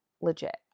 legit